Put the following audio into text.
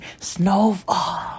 Snowfall